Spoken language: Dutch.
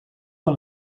van